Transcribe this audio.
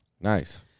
Nice